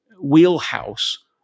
wheelhouse